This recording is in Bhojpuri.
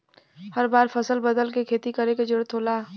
हर बार फसल बदल के खेती करे क जरुरत होला